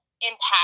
Impact